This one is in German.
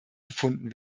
gefunden